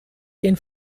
den